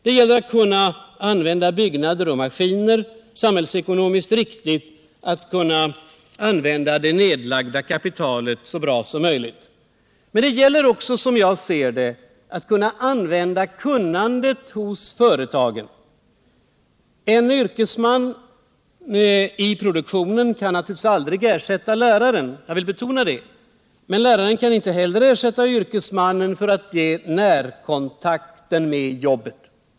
Det gäller att kunna använda byggnader och maskiner samhällsekonomiskt riktigt och att utnyttja det nedlagda kapitalet så bra som möjligt. Men det gäller också, som jag ser det, att kunna använda kunnandet hos företagen. En yrkesman i produktionen kan naturligtvis aldrig ersätta läraren —-jag vill betona det — men läraren kan inte heller ersätta yrkesmannen när det gäller att ge närkontakt med jobbet.